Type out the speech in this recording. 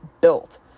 built